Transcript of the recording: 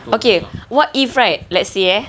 okay what if right let's say ah